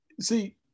see